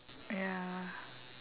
ya